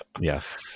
Yes